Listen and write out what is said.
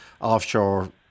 offshore